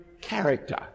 character